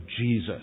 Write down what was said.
Jesus